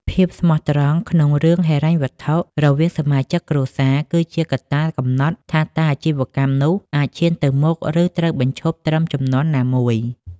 ភាពស្មោះត្រង់ក្នុងរឿងហិរញ្ញវត្ថុរវាងសមាជិកគ្រួសារ គឺជាកត្តាកំណត់ថាតើអាជីវកម្មនោះអាចឈានទៅមុខ ឬត្រូវបញ្ឈប់ត្រឹមជំនាន់ណាមួយ។